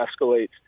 escalates